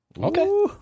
Okay